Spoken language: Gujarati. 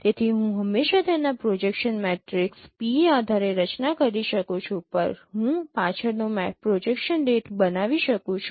તેથી હું હંમેશાં તેના પ્રોજેક્શન મેટ્રિક્સ P આધારે રચના કરી શકું છું હું પાછળનો પ્રોજેક્શન રેટ બનાવી શકું છું